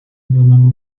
below